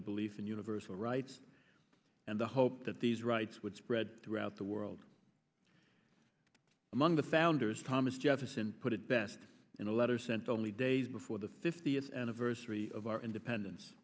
the belief in universal rights the hope that these rights would spread throughout the world among the founders thomas jefferson put it best in a letter sent only days before the fiftieth anniversary of our independence